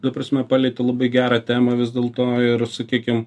ta prasme palietė labai gerą temą vis dėl to ir sakykim